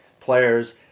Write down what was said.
players